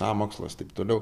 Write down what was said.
sąmokslas taip toliau